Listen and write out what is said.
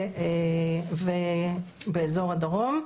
ובאזור הדרום.